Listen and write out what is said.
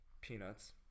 Peanuts